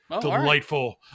delightful